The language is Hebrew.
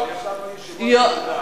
יש לנו ישיבות, את יודעת.